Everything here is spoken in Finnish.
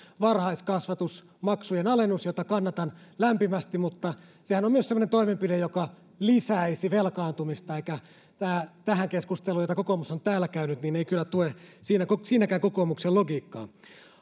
varhaiskasvatusmaksujen alennus jota kannatan lämpimästi mutta sehän on myös semmoinen toimenpide joka lisäisi velkaantumista eikä tämä keskustelu jota kokoomus on täällä käynyt kyllä tue siinäkään kokoomuksen logiikkaa